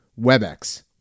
Webex